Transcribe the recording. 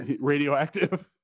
radioactive